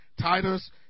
Titus